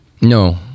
no